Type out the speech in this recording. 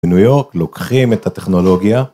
‫בניו יורק לוקחים את הטכנולוגיה.